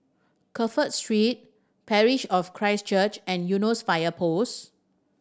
Crawford Street Parish of Christ Church and Eunos Fire Post